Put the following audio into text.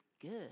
Good